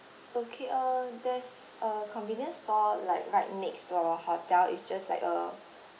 okay uh there's a convenience store like right next to our hotel it's just like a